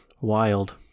Wild